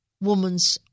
woman's